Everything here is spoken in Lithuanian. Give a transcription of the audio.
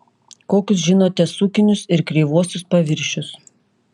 kokius žinote sukinius ir kreivuosius paviršius